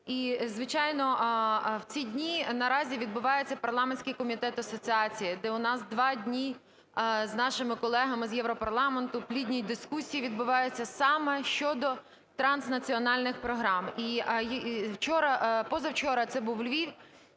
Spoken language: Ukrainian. І, звичайно, в ці дні наразі відбувається парламентський комітет асоціації, де у нас два дні з нашими колегами з Європарламенту в плідній дискусії відбувається саме щодо транснаціональних програм. І вчора, позавчора це був Львів.